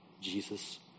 Jesus